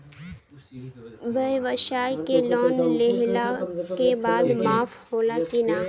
ब्यवसाय के लोन लेहला के बाद माफ़ होला की ना?